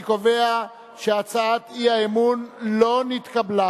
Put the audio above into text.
אני קובע שהצעת אי-האמון לא נתקבלה.